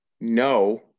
no